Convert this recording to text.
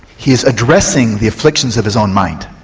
he is addressing the afflictions of his own mind,